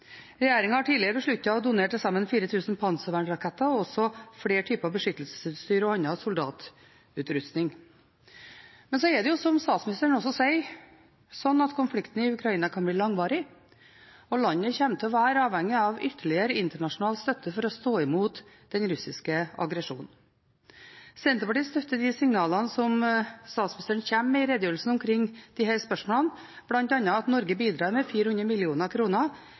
har tidligere besluttet å donere til sammen 4 000 panservernraketter og også flere typer beskyttelsesutstyr og annen soldatutrustning. Så er det som statsministeren sier, konflikten i Ukraina kan bli langvarig og landet kommer til å være avhengig av ytterligere internasjonal støtte for å stå imot den russiske aggresjonen. Senterpartiet støtter de signalene som statsministeren kommer med i redegjørelsen omkring disse spørsmålene, bl.a. at Norge bidrar med 400